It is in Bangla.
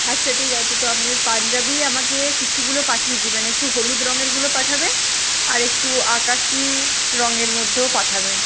আচ্ছা ঠিক আছে তো আপনি পাঞ্জাবি আমাকে কিছুগুলো পাঠিয়ে দিবেন একটু হলুদ রঙেরগুলো পাঠাবেন আর একটু আকাশি রঙের মধ্যেও পাঠাবেন